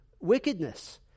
wickedness